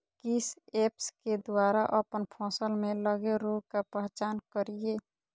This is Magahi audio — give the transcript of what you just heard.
किस ऐप्स के द्वारा अप्पन फसल में लगे रोग का पहचान करिय?